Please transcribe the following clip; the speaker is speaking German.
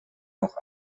noch